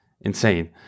insane